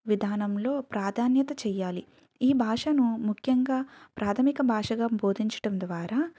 విధానంలో ప్రాధాన్యత చెయ్యాలి ఈ భాషను ముఖ్యంగా ప్రాథమిక భాషగా బోధించటం ద్వారా